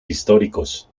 históricos